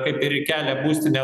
kaip ir kelia būstinę